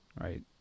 right